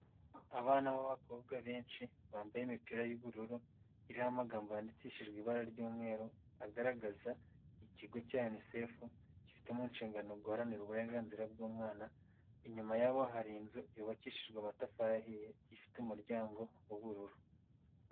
Abana b'abakobwa benshi bambaye imipira y'ubururu iriho amagambo yandikishijwe ibara ry'umweru agaragaza ikigo cya unicef gifite mu nshingano guharanira uburenganzira bw'umwana, inyuma yabo hari inzu yubakishijwe amatafari ahiye ifite umuryango w'ubururu.